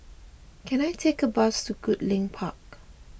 can I take a bus to Goodlink Park